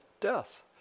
death